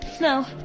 No